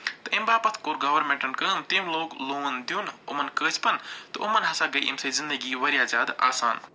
تہٕ اَمہِ باپَتھ کوٚر گورمٮ۪نٛٹَن کٲم تٔمۍ لوگ لون دیُن یِمَن کٲسِپَن تہٕ یِمَن ہسا گٔے اَمہِ سۭتۍ زندگی واریاہ زیادٕ آسان